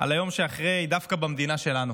על היום שאחרי דווקא במדינה שלנו.